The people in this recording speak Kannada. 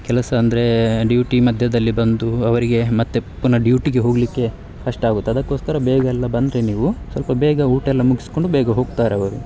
ಕೆಲಸ ಅಂದರೆ ಡ್ಯೂಟಿ ಮಧ್ಯದಲ್ಲಿ ಬಂದು ಅವರಿಗೆ ಮತ್ತೆ ಪುನಃ ಡ್ಯೂಟಿಗೆ ಹೋಗಲಿಕ್ಕೆ ಕಷ್ಟ ಆಗುತ್ತೆ ಅದಕ್ಕೋಸ್ಕರ ಬೇಗ ಎಲ್ಲ ಬಂದರೆ ನೀವು ಸ್ವಲ್ಪ ಬೇಗ ಊಟ ಎಲ್ಲ ಮುಗಿಸ್ಕೊಂಡು ಬೇಗ ಹೋಗ್ತಾರೆ ಅವರು